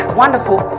wonderful